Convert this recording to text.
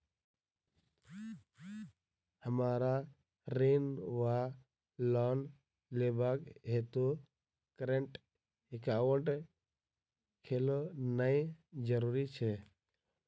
हमरा ऋण वा लोन लेबाक हेतु करेन्ट एकाउंट खोलेनैय जरूरी छै?